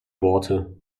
worte